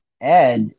Ed